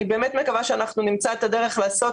אני באמת מקווה שאנחנו נמצא את הדרך לעשות